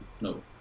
No